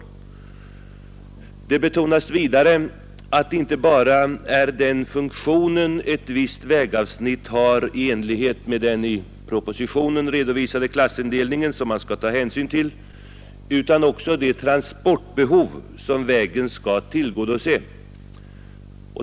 Det betonas vidare att det inte bara är den funktion ett visst vägavsnitt har enligt den i propositionen redovisade klassindelningen som man skall ta hänsyn till, utan också de transportbehov som vägen skall tillgodose.